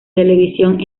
televisión